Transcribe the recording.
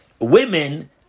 women